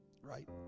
right